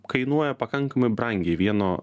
kainuoja pakankamai brangiai vieno